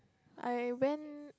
I went